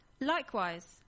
Likewise